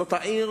זאת עיר